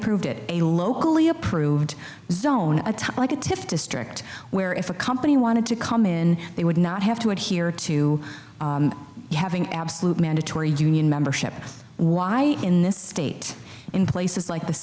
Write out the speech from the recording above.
approved it a locally approved zone attack like it if district where if a company wanted to come in they would not have to adhere to having absolute mandatory union membership why in this state in places like the